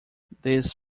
this